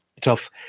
tough